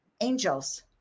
Angels